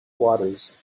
waters